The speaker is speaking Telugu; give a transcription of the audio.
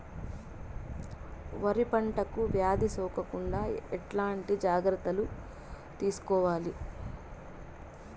వరి పంటకు వ్యాధి సోకకుండా ఎట్లాంటి జాగ్రత్తలు తీసుకోవాలి?